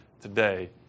today